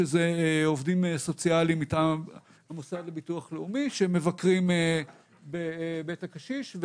שזה עובדים סוציאליים מטעם המוסד לביטוח לאומי שמבקרים בבית הקשיש.